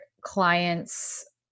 clients